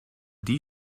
die